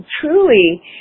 truly